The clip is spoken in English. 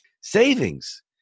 savings